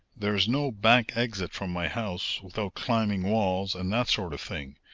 there's no back exit from my house without climbing walls and that sort of thing,